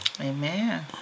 Amen